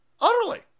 utterly